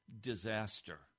Disaster